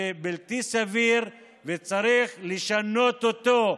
בלתי סביר, וצריך לשנות אותו.